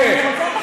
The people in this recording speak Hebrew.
אוקיי,